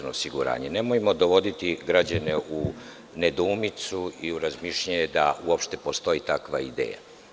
Nemojmo dovoditi građane u nedoumicu i u razmišljanje da uopšte postoji takva ideja.